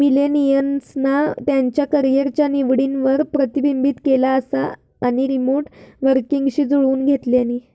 मिलेनियल्सना त्यांच्या करीयरच्या निवडींवर प्रतिबिंबित केला असा आणि रीमोट वर्कींगशी जुळवुन घेतल्यानी